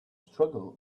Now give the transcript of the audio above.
struggle